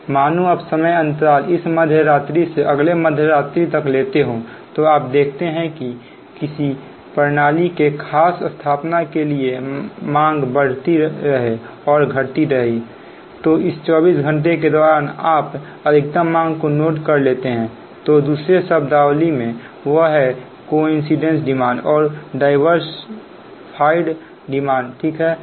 मानो आप समय अंतराल इस मध्यरात्रि से अगले मध्यरात्रि तक लेते हो तो आप देखते हैं कि किसी प्रणाली के खास स्थापना के लिए मांग बढ़ती रहें और घटती रहती है तो इस 24 घंटे के दौरान आप अधिकतम मांग को नोट कर लेते हैं तो दूसरी शब्दावली है वह है कोइंसिडेंट डिमांड और डायवर्सिफाइड डिमांड ठीक है